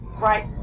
right